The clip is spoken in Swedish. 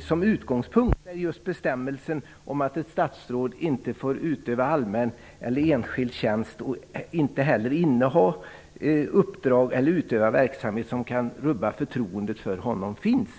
som utgångspunkt, där just bestämmelsen om att ett statsråd inte får utöva allmän eller enskild tjänst och inte heller inneha uppdrag eller utöva verksamhet som kan rubba förtroendet för honom finns.